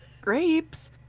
grapes